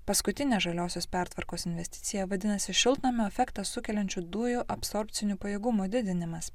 paskutinę žaliosios pertvarkos investiciją vadinasi šiltnamio efektą sukeliančių dujų absorbcinių pajėgumų didinimas